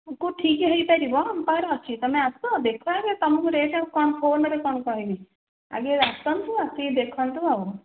କୁ ଠିକ୍ ହୋଇପାରିବ ଆମ ପାଖରେ ଅଛି ତୁମେ ଆସ ଦେଖ ଆଗେ ରେଟ୍ ଆଉ କ'ଣ ଫୋନ୍ରେ ଆଉ କ'ଣ କହିବି ଆଗେ ଆସନ୍ତୁ ଆସିକି ଦେଖନ୍ତୁ ଆଉ